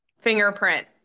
fingerprint